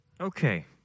Okay